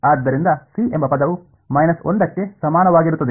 ಆದ್ದರಿಂದ ಸಿ ಎಂಬ ಪದವು 1 ಕ್ಕೆ ಸಮಾನವಾಗಿರುತ್ತದೆ